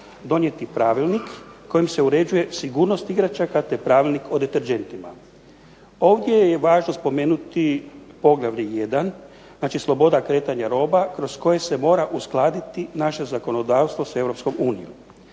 donijeti pravilnik kojim se određuje sigurnost igračaka te pravilnik o deterdžentima. Ovdje je važno spomenuti poglavlje 1. znači slobodna kretanja roba kroz koje se mora uskladiti zakonodavstvo naše